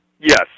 Yes